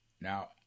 Now